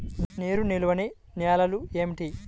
నీరు నిలువని నేలలు ఏమిటి?